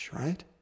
right